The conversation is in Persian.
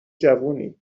جوونی